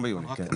באחד ביוני, כן.